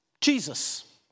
Jesus